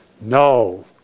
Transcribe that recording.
no